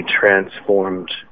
transformed